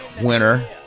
winner